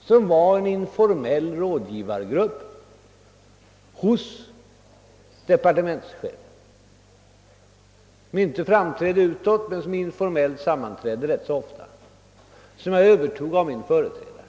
som var en informell rådgivargrupp hos departementschefen — som inte framträdde utåt men informellt arbetade rätt mycket — och som jag övertog av min företrädare.